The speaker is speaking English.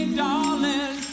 darling